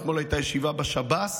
אתמול הייתה ישיבה בשב"ס,